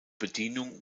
bedienung